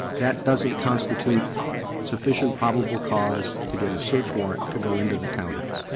that doesn't constitute sufficient probable cause to get a search warrant to go into the townhouse.